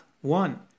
One